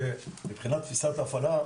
שמבחינת תפיסת ההפעלה,